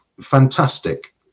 fantastic